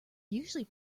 usually